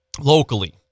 locally